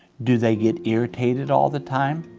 do they get irritated all the time?